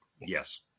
Yes